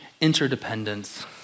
interdependence